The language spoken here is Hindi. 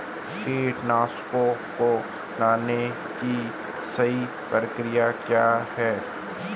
कीटनाशकों को लगाने की सही प्रक्रिया क्या है?